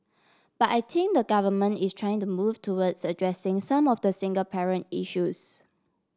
but I think the Government is trying to move towards addressing some of the single parent issues